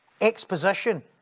exposition